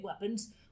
weapons